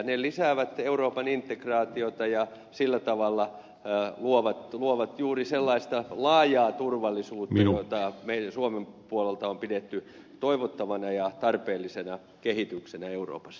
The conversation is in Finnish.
ne lisäävät euroopan integraatiota ja sillä tavalla luovat juuri sellaista laajaa turvallisuutta jota suomen puolelta on pidetty toivottavana ja tarpeellisena kehityksenä euroopassa